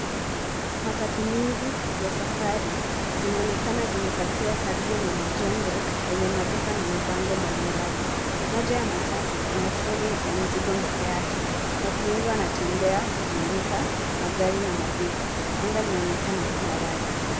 Matatu mingi ya safari zinaonekana zimepakiwa karibu na majengo yenye maduka na mabango mbali mbali. Moja ya matatu ina troli ya mzigo mbele yake. Watu wengi wanatembea, kuzunguka magari na maduka. Anga linaonekana kuwa wazi.